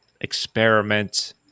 experiment